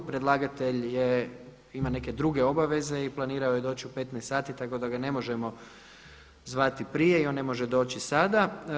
Predlagatelj ima neke druge obaveze i planirao je doći u 15 sati tako da ga ne možemo zvati prije i on ne može doći sada.